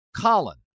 Colin